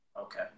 Okay